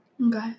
Okay